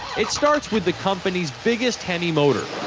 it starts with the company's biggest hemi motor.